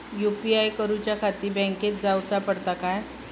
UPI करूच्याखाती बँकेत जाऊचा पडता काय?